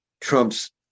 Trump's